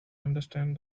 understand